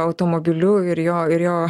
automobiliu ir jo ir jo